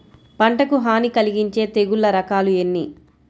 పంటకు హాని కలిగించే తెగుళ్ళ రకాలు ఎన్ని?